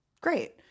Great